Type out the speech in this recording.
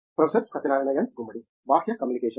professor Satyanarayana N Gummadi బాహ్య communication